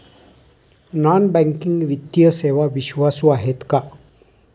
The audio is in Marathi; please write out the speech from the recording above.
नॉन बँकिंग वित्तीय सेवा विश्वासू आहेत का?